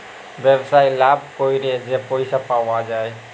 ব্যবসায় লাভ ক্যইরে যে পইসা পাউয়া যায়